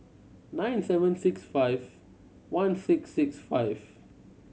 nine seven six five one six six five